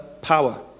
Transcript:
power